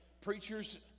Preachers